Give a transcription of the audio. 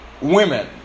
women